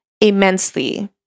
immensely